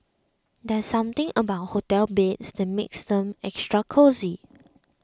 there's something about hotel beds that makes them extra cosy